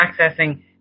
accessing